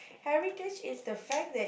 heritage is the fact that